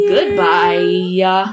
Goodbye